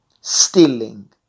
Stealing